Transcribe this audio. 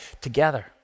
together